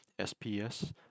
sps